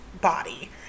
body